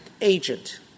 agent